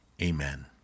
Amen